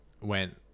went